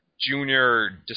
Junior